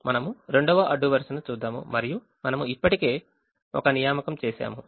మనము 2వ అడ్డు వరుసను చూద్దాము మరియు మనము ఇప్పటికే ఒక నియామకం చేసాము